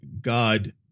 God